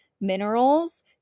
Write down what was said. minerals